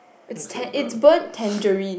looks like brown